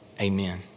Amen